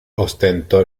ostentó